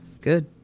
good